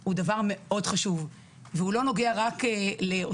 הוא דבר מאוד חשוב והוא לא נוגע רק לאותם